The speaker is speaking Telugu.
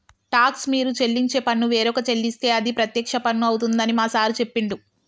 టాక్స్ మీరు చెల్లించే పన్ను వేరొక చెల్లిస్తే అది ప్రత్యక్ష పన్ను అవుతుందని మా సారు చెప్పిండు